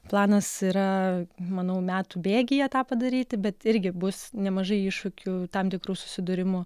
planas yra manau metų bėgyje tą padaryti bet irgi bus nemažai iššūkių tam tikrų susidūrimų